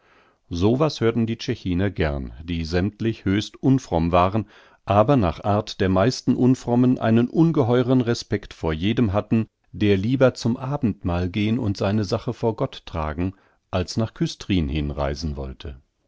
so was hörten die tschechiner gern die sämmtlich höchst unfromm waren aber nach art der meisten unfrommen einen ungeheuren respekt vor jedem hatten der lieber zum abendmahl gehn und seine sache vor gott tragen als nach küstrin hin reisen wollte